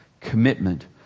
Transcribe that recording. commitment